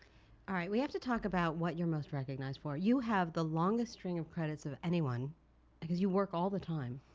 ah we have to talk about what you're most recognized for. you have the longest string of credits of anyone because you work all the time.